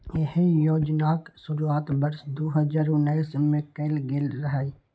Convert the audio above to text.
एहि योजनाक शुरुआत वर्ष दू हजार उन्नैस मे कैल गेल रहै